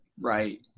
Right